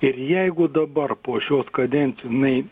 ir jeigu dabar po šios kadencij jinai